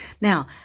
Now